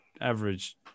average